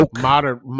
modern